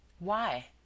Why